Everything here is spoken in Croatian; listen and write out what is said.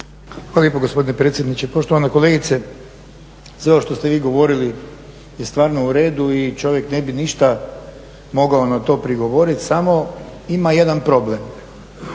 Hvala lijepo gospodine predsjedniče. Poštovana kolegice, sve ovo što ste vi govorili je stvarno u redu i čovjek ne bi ništa mogao na to prigovoriti. Samo ima jedan problem.